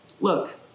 Look